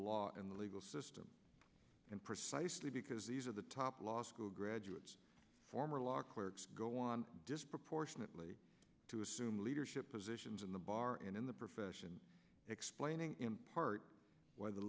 law and the legal system precisely because these are the top law school graduates former law clerks go on disproportionately to assume leadership positions in the bar and in the profession explaining in part why the